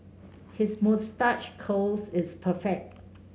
his moustache curls is perfect